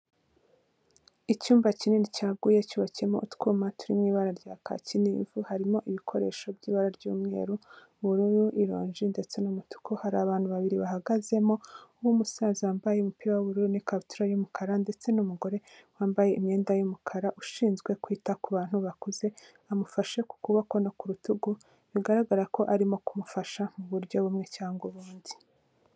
Icyumba kinini cyaguye cyubakiyemo utwuma turiw ibara rya kaki nivu, harimo ibikoresho by'ibara ry'umweru, ubururu, orange ndetse n'umutuku, hari abantu babiri bahagazemo, uwumusaza wambaye umupira w'uburu n'ikabutura y'umukara ndetse n'umugore wambaye imyenda yumukara ushinzwe kwita ku bantu bakuze, amufashe ku kuboko no kurutugu, bigaragara ko arimo kumufasha muburyo bumwe cyangwa ubundi.